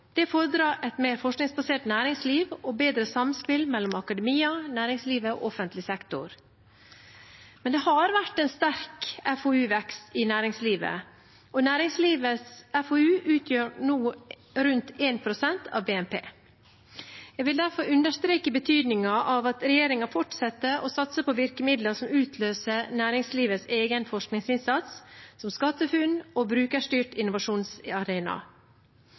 Det fordrer et mer forskningsbasert næringsliv og bedre samspill mellom akademia, næringsliv og offentlig sektor. Men det har vært en sterk FoU-vekst i næringslivet, og næringslivets FoU utgjør nå rundt 1 pst. av BNP. Jeg vil derfor understreke betydningen av at regjeringen fortsetter å satse på virkemidler som utløser næringslivets egen forskningsinnsats, som SkatteFUNN og Brukerstyrt innovasjonsarena.